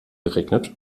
geregnet